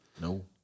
No